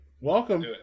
Welcome